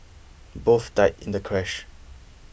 both died in the crash